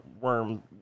worm